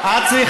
אין לי